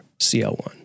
CL1